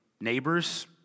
Neighbors